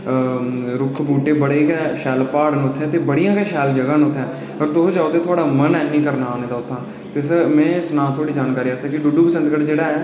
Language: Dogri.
में तुसेंगी सनाई देआं साढ़े ग्रांऽ च रुक्ख बूह्टे बड़े शैल न बड़े शैल प्हाड़ न ते बड़ियां गै शैल जगह न उत्थै तुस जाओ उत्थै ते थुहाड़ा मन नेईं करना औने दा उत्थूआं